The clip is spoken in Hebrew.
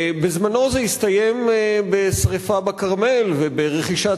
זה הסתיים בשרפה בכרמל וברכישת